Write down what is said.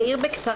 אני אעיר בקצרה.